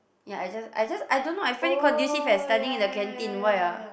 ya I just I just I don't know I find it conducive eh studying in the canteen why ah